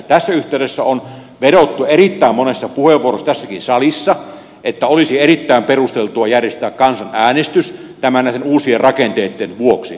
tässä yhteydessä on vedottu erittäin monessa puheenvuorossa tässäkin salissa että olisi erittäin perusteltua järjestää kansanäänestys näitten uusien rakenteitten vuoksi